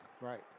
Right